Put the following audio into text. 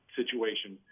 situation